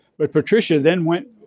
but patricia then went